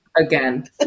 again